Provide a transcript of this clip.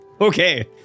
okay